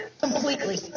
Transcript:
completely